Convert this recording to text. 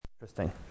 Interesting